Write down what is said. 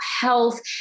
health